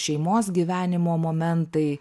šeimos gyvenimo momentai